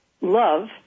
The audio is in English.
love